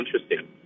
interesting